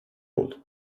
oldu